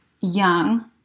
young